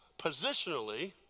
Positionally